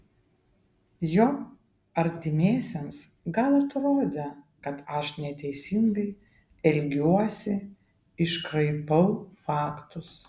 jo artimiesiems gal atrodė kad aš neteisingai elgiuosi iškraipau faktus